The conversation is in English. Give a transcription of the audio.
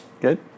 Good